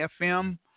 FM